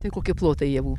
tai kokie plotai javų